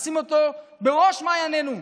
נשים אותו בראש מעיינינו.